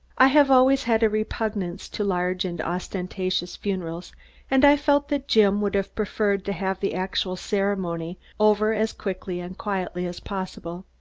i have always had a repugnance to large and ostentatious funerals and i felt that jim would have preferred to have the actual ceremony over as quickly and quietly as possible.